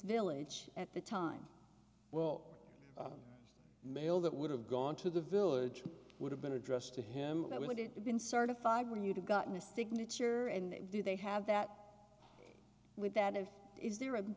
village at the time well the mail that would have gone to the village would have been addressed to him i wouldn't have been certified where you'd have gotten a signature and do they have that with that of is there a